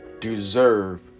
deserve